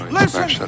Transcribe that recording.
listen